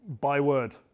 byword